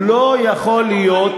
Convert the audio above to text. לא יכול להיות,